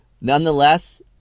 Nonetheless